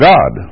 God